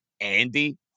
Andy